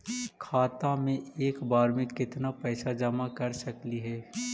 खाता मे एक बार मे केत्ना पैसा जमा कर सकली हे?